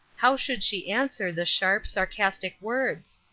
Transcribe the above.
how should she answer the sharp, sarcastic words?